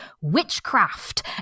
Witchcraft